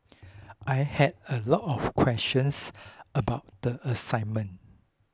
I had a lot of questions about the assignment